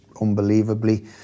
unbelievably